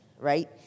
right